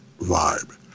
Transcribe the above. vibe